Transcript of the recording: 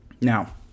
Now